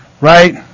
right